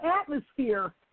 atmosphere